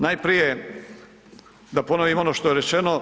Najprije da ponovim ono što je rečeno.